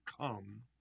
come